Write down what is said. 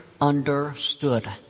understood